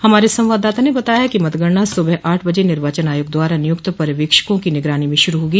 हमारे संवाददाता ने बताया है कि मतगणना सुबह आठ बजे निर्वाचन आयोग द्वारा नियुक्त पर्यवेक्षकों की निगरानी में शुरू होगी